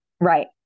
Right